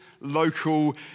local